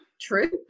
True